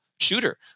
shooter